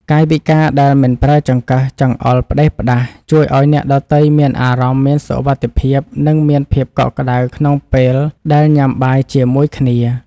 កាយវិការដែលមិនប្រើចង្កឹះចង្អុលផ្តេសផ្តាសជួយឱ្យអ្នកដទៃមានអារម្មណ៍មានសុវត្ថិភាពនិងមានភាពកក់ក្តៅក្នុងពេលដែលញ៉ាំបាយជាមួយគ្នា។